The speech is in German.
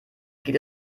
geht